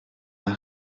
m’as